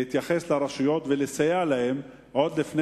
להתייחס לרשויות ולסייע להן עוד לפני